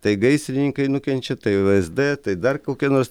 tai gaisrininkai nukenčia tai vsd tai dar kokia nors